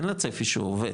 אין לה צפי שהוא עובד,